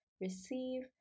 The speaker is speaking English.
receive